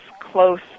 close